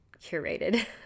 curated